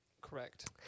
correct